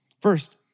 First